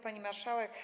Pani Marszałek!